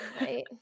Right